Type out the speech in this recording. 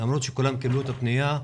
למרות שכולם קיבלו את הפנייה.